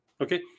Okay